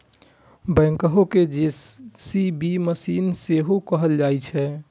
backhoe कें JCB machine सेहो कहल जाइ छै